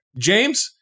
James